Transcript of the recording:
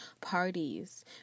parties